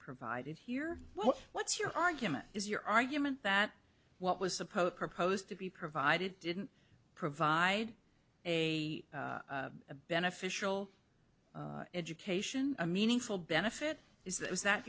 provided here well what's your argument is your argument that what was supposed proposed to be provided didn't provide a beneficial education a meaningful benefit is that